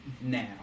now